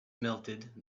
melted